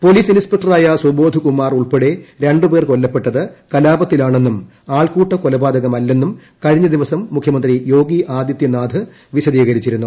police ഇൻസ്പെക്ടറായ സുബോധ് കുമാർ ഉൾപ്പെടെ രണ്ട് പേർ കൊല്ലപ്പെട്ടത് കലാപത്തിലാണെന്നും ആൾക്കൂട്ട കൊലപാതക മല്ലെന്നും കഴിഞ്ഞ ദിവസം മുഖ്യമന്ത്രി പ്പെയാഗി ആദിത്യനാഥ് വിശദീകരിച്ചിരുന്നു